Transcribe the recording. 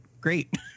great